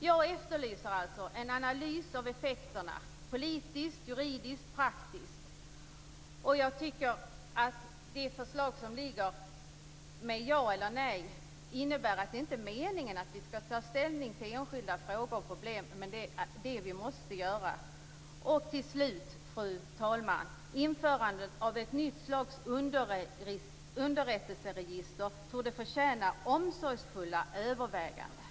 Jag efterlyser alltså en analys av effekterna - politiskt, juridiskt och praktiskt. Jag tycker att det förslag som ligger, med ja eller nej, innebär att det inte är meningen att vi skall ta ställning till enskilda frågor och problem. Men det är ju det vi måste göra. Till slut, fru talman, torde införandet av ett nytt slags underrättelseregister förtjäna omsorgsfulla överväganden.